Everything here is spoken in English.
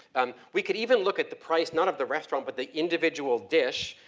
um we could even look at the price, not of the restaurant, but the individual dish.